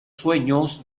sueños